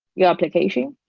your application.